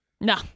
No